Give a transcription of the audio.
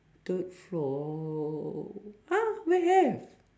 third floor !huh! where have